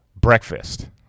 breakfast